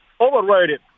overrated